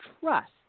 trust